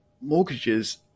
mortgages